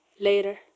later